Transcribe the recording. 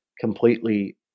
completely